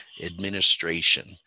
administration